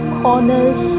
corners